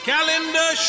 Calendar